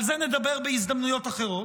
על זה נדבר בהזדמנויות אחרות,